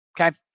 okay